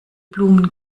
blumen